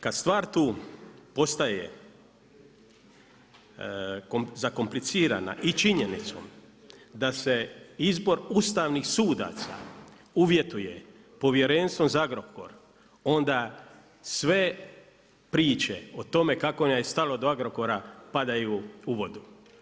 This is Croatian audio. Kada stvar tu postaje zakomplicirana i činjenicom da se izbor ustavnih sudaca uvjetuje povjerenstvom za Agrokor onda sve priče o tome kako nam je stalo do Agrokora padaju u vodu.